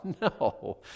No